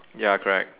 ya correct